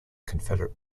confederate